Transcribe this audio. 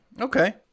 Okay